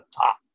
top